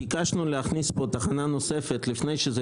ביקשנו להכניס פה תחנה נוספת לפני שזה